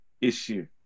issue